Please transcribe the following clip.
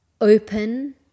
open